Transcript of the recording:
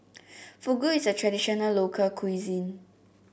Fugu is a traditional local cuisine